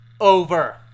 over